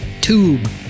tube